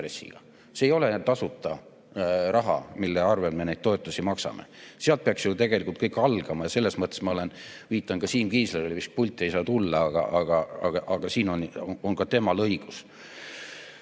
See ei ole tasuta raha, mille arvel me neid toetusi maksame. Sealt peaks ju tegelikult kõik algama. Ja selles mõttes ma viitan ka Siim Kiislerile, kes pulti ei saa tulla, sest siin on ka temal õigus.